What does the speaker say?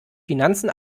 finanzen